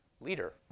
leader